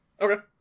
Okay